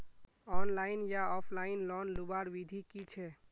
Online या offline loan लुबार विधि की छे?